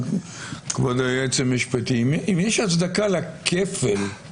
כבוד היועץ המשפטי, אם יש הצדקה לכפל.